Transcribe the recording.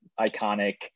iconic